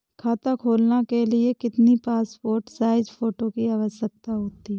खाता खोलना के लिए कितनी पासपोर्ट साइज फोटो की आवश्यकता होती है?